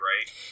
right